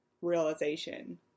Realization